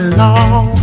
long